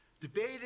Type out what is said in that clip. debated